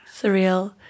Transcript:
Surreal